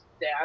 dad